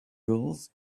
girls